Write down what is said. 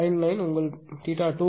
9 உங்கள் θ2 க்கு cos − 1 0